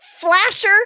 flasher